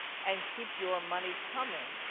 and keep your money coming,